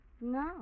No